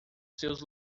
seus